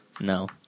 No